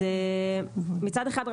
אז מצד אחד,